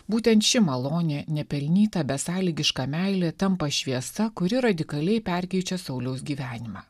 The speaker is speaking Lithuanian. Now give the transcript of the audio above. būtent ši malonė nepelnyta besąlygiška meilė tampa šviesa kuri radikaliai perkeičia sauliaus gyvenimą